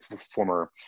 former